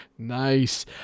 Nice